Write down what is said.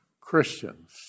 Christians